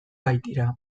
baitira